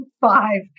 five